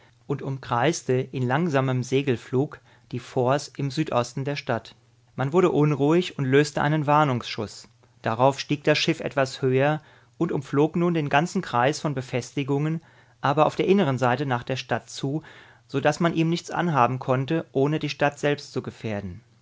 und umkreiste in langsamem segelflug die forts im südosten der stadt man wurde unruhig und löste einen warnungsschuß darauf stieg das schiff etwas höher und umflog nun den ganzen kreis von befestigungen aber auf der inneren seite nach der stadt zu so daß man ihm nichts anhaben konnte ohne die stadt selbst zu gefährden